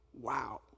Wow